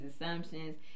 assumptions